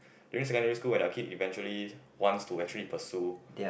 during secondary school when your kid eventually wants to actually pursue